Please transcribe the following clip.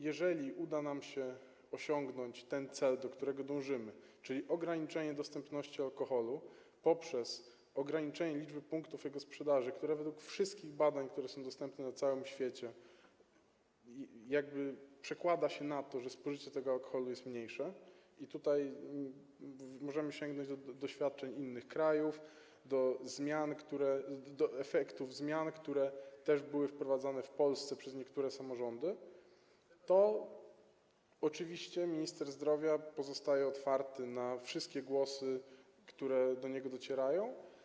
Jeżeli uda nam się osiągnąć ten cel, do którego dążymy, czyli ograniczenie dostępności alkoholu, poprzez ograniczenie liczby punktów sprzedaży, które według wszystkich badań dostępnych na całym świecie przekłada się na to, że spożycie alkoholu jest mniejsze - możemy sięgnąć do doświadczeń innych krajów, do efektów zmian, które też były wprowadzane w Polsce przez niektóre samorządy - to oczywiście minister zdrowia pozostaje otwarty na wszystkie głosy, które do niego docierają.